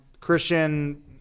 Christian